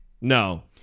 No